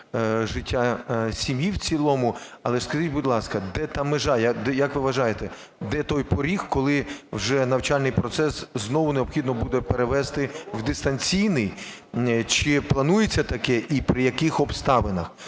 життя сім'ї в цілому. Але скажіть, будь ласка, де та межа, як ви вважаєте, де той поріг, коли вже навчальний процес знову необхідно буде перевести в дистанційний? Чи планується таке? І при яких обставинах?